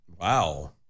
Wow